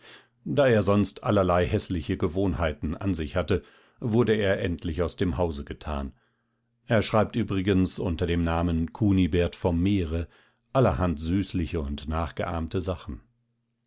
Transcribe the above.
da er sonst allerlei häßliche gewohnheiten an sich hatte wurde er endlich aus dem hause getan er schreibt übrigens unter dem namen kunibert vom meere allerhand süßliche und nachgeahmte sachen